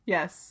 Yes